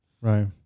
right